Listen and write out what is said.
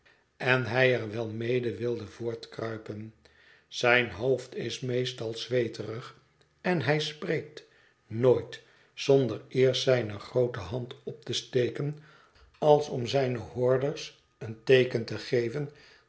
en hij er wel mede wilde voortkruipen zijn hoofd is meestal zweeterig en hij spreekt nooit zonder eerst zijne groote hand op te steken als om zijne hoorders een teeken te geven